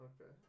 Okay